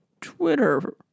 Twitter